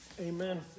amen